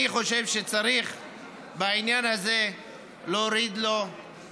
אני חושב שצריך בעניין הזה להוריד בפניו